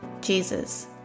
Jesus